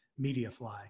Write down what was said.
Mediafly